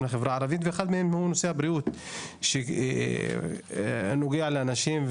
לחברה הערבית ואחד מהנושאים הוא הבריאות שנוגעת לאנשים,